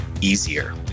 easier